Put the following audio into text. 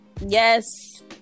yes